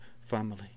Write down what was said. family